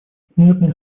мирное